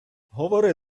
говори